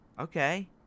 okay